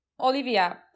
Olivia